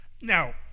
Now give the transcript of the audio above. now